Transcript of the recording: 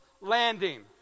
Landing